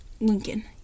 Lincoln